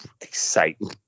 exciting